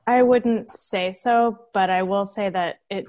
i wouldn't say so but i will say that it